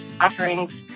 offerings